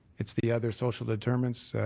it's the other social determinants,